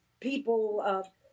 people